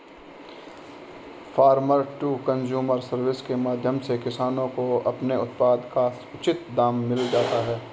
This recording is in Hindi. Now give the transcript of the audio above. फार्मर टू कंज्यूमर सर्विस के माध्यम से किसानों को अपने उत्पाद का उचित दाम मिल जाता है